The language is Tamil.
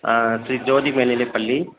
ஆ ஸ்ரீ ஜோதி மேல்நிலைப்பள்ளி